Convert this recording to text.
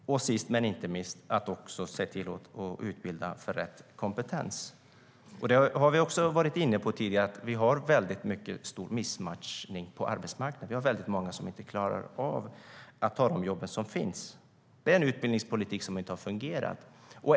Och vi ska inte minst se till att utbilda för rätt kompetens. Vi har tidigare varit inne på att vi har stor missmatchning på arbetsmarknaden. Det är många som inte klarar av att ta de jobb som finns. Det beror på en utbildningspolitik som inte har fungerat.